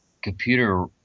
computer